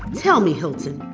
tell me, hilton,